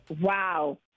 Wow